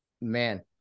Man